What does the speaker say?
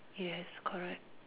yes correct